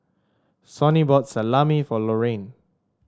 Sonny bought Salami for Lorraine